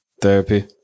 therapy